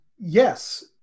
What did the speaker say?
Yes